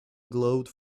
glowed